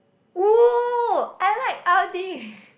!whoo! I like Audi